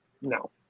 No